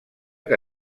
que